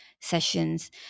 sessions